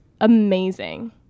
amazing